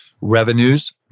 revenues